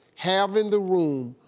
have in the room,